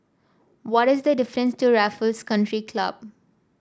what is the difference to Raffles Country Club